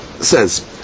says